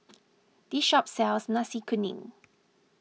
this shop sells Nasi Kuning